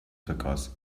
vergaß